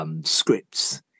Scripts